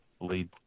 lead